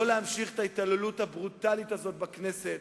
לא להמשיך את ההתעללות הברוטלית הזאת בכנסת,